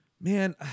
Man